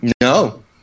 No